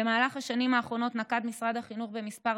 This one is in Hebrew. במהלך השנים האחרונות נקט משרד החינוך כמה